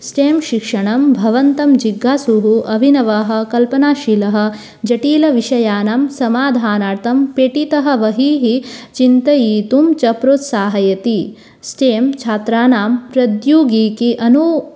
stem शिक्षणं भवन्तं जिज्ञासुः अभिनवाः कल्पनाशीलः झटिलविषयाणां समाधानार्थं पेटितः बहिः चिन्तयितुञ्च प्रोत्साहयति स्टें छात्राणां प्रौद्योगिकि अनौ